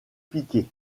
piqué